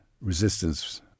resistance